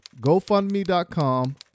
gofundme.com